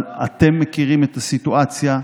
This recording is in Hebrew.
אבל אתם מכירים את הסיטואציה,